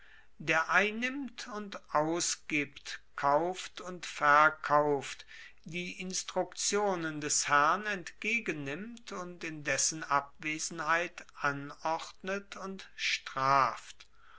der einnimmt und ausgibt kauft und verkauft die instruktionen des herrn entgegennimmt und in dessen abwesenheit anordnet und straft